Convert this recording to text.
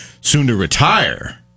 soon-to-retire